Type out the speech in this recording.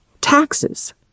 Taxes